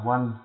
One